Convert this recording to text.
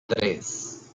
tres